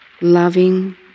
Loving